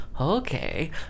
okay